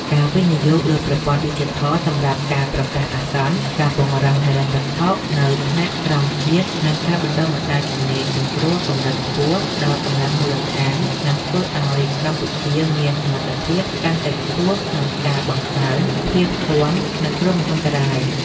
ការវិនិយោគលើប្រព័ន្ធឌីជីថលសម្រាប់ការប្រកាសអាសន្ន ការពង្រឹងហិរញ្ញវត្ថុនៅថ្នាក់ក្រោមជាតិ និងការបណ្ដុះបណ្ដាលជំនាញសង្គ្រោះកម្រិតខ្ពស់ដល់កម្លាំងមូលដ្ឋាន នឹងធ្វើឱ្យកម្ពុជាមានសមត្ថភាពកាន់តែខ្ពស់ក្នុងការបង្កើន ភាពស៊ាំនឹងគ្រោះមហន្តរាយ ។